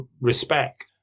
respect